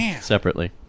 separately